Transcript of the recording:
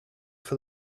for